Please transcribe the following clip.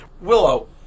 Willow